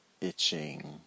itching